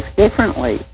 differently